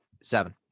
Seven